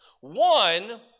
One